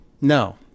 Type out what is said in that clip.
No